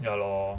ya lor